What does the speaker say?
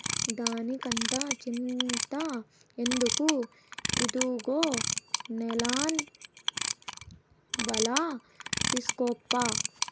దానికంత చింత ఎందుకు, ఇదుగో నైలాన్ ఒల తీస్కోప్పా